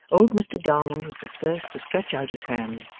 old mr garland was the first to stretch out his hand,